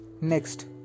Next